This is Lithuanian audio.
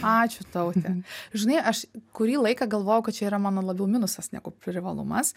ačiū taute žinai aš kurį laiką galvojau kad čia yra mano labiau minusas negu privalumas